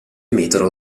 metodo